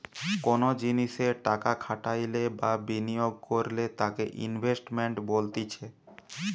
কোনো জিনিসে টাকা খাটাইলে বা বিনিয়োগ করলে তাকে ইনভেস্টমেন্ট বলতিছে